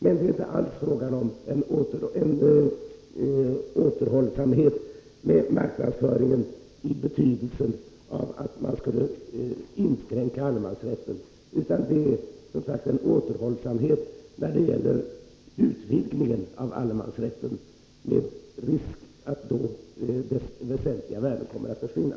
Men det är inte alls fråga om en återhållsamhet med marknadsföringen i betydelsen att man skulle inskränka allemansrätten, utan det är som sagt en återhållsamhet när det gäller utvidgningen — en utvidgning som medför risk för att dess väsentliga värden kommer att försvinna.